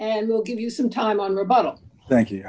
and we'll give you some time on the bottom thank you